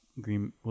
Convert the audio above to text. Green